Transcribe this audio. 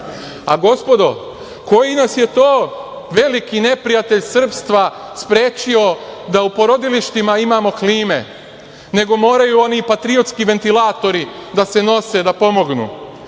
stilu. Gospodo, koji nas je to veliki neprijatelj srpstva sprečio da u porodilištima imamo klime, nego moraju oni patriotski ventilatori da se nose da pomognu?